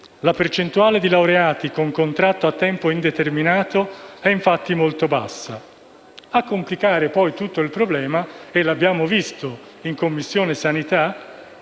La percentuale di laureati con contratto a tempo indeterminato è infatti molto bassa. A complicare ulteriormente la situazione - e lo abbiamo visto in Commissione sanità